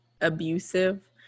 abusive